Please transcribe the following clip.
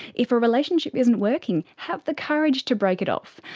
if a relationship isn't working, have the courage to break it off.